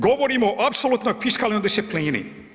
Govorimo o apsolutnoj fiskalnoj disciplini.